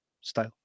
style